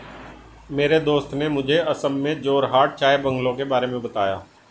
मेरे दोस्त ने मुझे असम में जोरहाट चाय बंगलों के बारे में बताया